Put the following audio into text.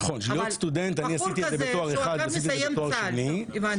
אבל בחור כזה שהוא עכשיו מסיים צה"ל --- להיות סטודנט,